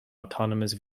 autonomous